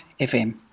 FM